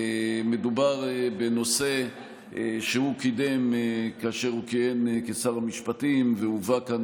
מדובר בנושא שהוא קידם כאשר הוא כיהן כשר המשפטים והובא כאן